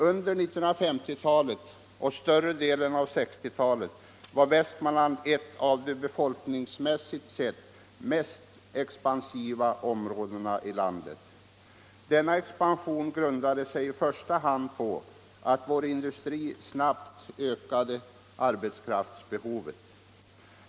Under 1950-talet och större delen av 1960-talet var Västmanland ett av de befolkningsmässigt sett mest expansiva områdena i landet. Denna expansion grundade sig i första hand på vår industris snabbt ökade arbetskraftsbehov.